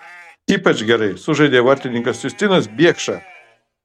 ypač gerai sužaidė vartininkas justinas biekša